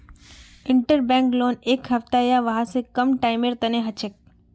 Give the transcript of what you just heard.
interbank loan एक हफ्ता या वहा स कम टाइमेर तने हछेक